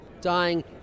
dying